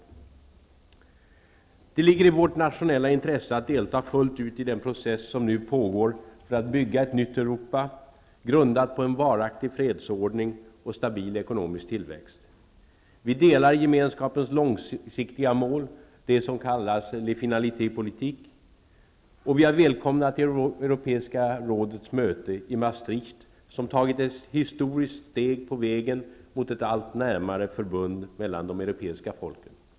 Det ligger i vårt nationella intresse att delta fullt ut i den process som nu pågår för att bygga ett nytt Europa, grundat på en varaktig fredsordning och stabil ekonomisk tillväxt. Vi delar Gemenskapens långsiktiga mål -- det som kallas ''la finalité politique''. Och vi har välkomnat Europeiska rådets möte i Maastricht, som har tagit ett historiskt steg på vägen mot ett allt närmare förbund mellan de europeiska folken.